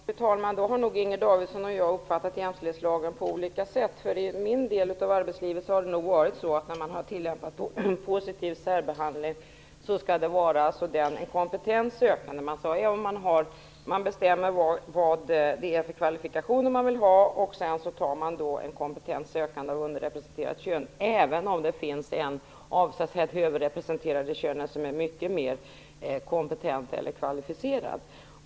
Fru talman! Då har nog Inger Davidson och jag uppfattat jämställdhetslagen på olika sätt. I min del av arbetslivet har man valt en kompetent sökande när man har tillämpat positiv särbehandling. Man bestämmer vilka kvalifikationer man vill ha och tar sedan en kompetent sökande av underrepresenterat kön, även om någon av det överrepresenterade könet är mycket mer kompetent eller kvalificerad.